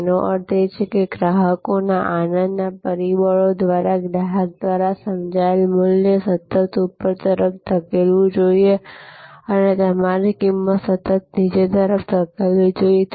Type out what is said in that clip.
તેનો અર્થ એ છે કે ગ્રાહકોના આનંદના પરિબળો ગ્રાહક દ્વારા સમજાયેલ મૂલ્ય સતત ઉપર તરફ ધકેલવું જોઈએ અને તમારી કિંમત સતત નીચે તરફ ધકેલવી જોઈએ